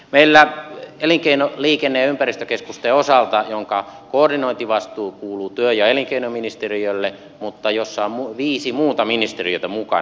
meillä elinkeino liikenne ja ympäristökeskusten osalta koordinointivastuu kuuluu työ ja elinkeinoministeriölle mutta siinä on viisi muuta ministeriötä mukana